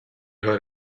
heard